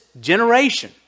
generation